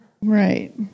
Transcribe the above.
Right